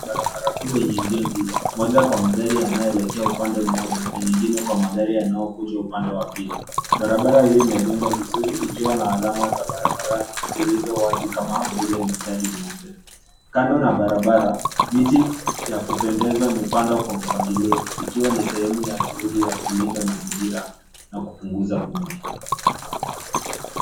Barabara kuu yenye njia mbili moja kwa magari yanayoelekea upande mmoja na nyingine kwa magari yanayokuja kwa upande wa pili. Barabara hio imejengwa vizuri ikiwa na alama za barabarani zilizo wazi kama vile mistari nyeupe. Kando na barabara, miti ya kupendeza imepandwa kwa mpangilio ikiwa ni sehemu ya juhudi ya kulinda mazingira na kupunguza vumbi.